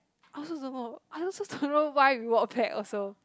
I also don't know I also don't know why we walk back also